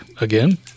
again